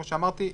כמו שאמרתי,